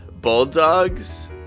bulldogs